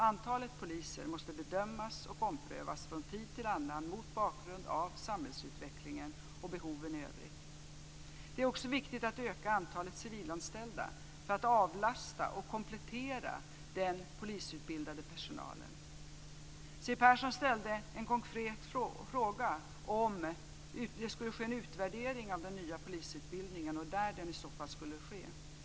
Antalet poliser måste bedömas och omprövas från tid till annan mot bakgrund av samhällsutvecklingen och behoven i övrigt. Det är också viktigt att öka antalet civilanställda för att avlasta och komplettera den polisutbildade personalen. Siw Persson ställde en konkret fråga om det skulle ske en utvärdering av den nya polisutbildningen och när den i så fall skulle ske.